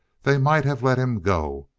they might have let him go.